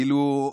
כאילו,